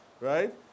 right